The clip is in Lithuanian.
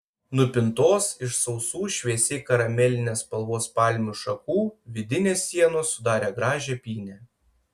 nupintos iš sausų šviesiai karamelinės spalvos palmių šakų vidinės sienos sudarė gražią pynę